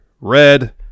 red